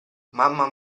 mamma